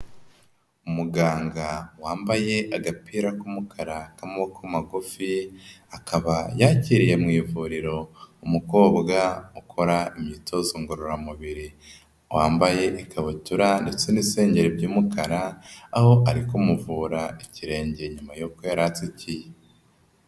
Umuganga wambaye agapira k'umukara k'amaboko magufi, akaba yakiriye mu ivuriro umukobwa ukora imyitozo ngororamubiri, wambaye ikabutura ndetse n'isengeri by'umukara, aho ari kumuvura ikirenge nyuma yuko yaratsikiye.